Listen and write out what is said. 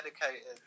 dedicated